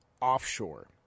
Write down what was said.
Offshore